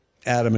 Adam